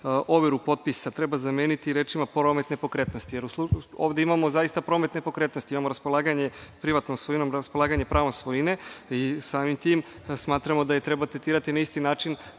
„overu potpisa“ treba zameniti rečima „promet nepokretnosti“.Ovde imamo zaista promet nepokretnosti. Imamo raspolaganje privatnom svojinom, raspolaganje pravom svojine i samim tim smatramo da je treba tretirati na isti način